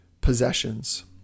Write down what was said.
possessions